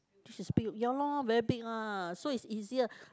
she's big ya loh very big lah so is easier